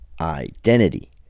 Identity